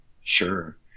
Sure